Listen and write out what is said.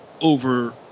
over